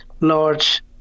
large